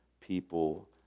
people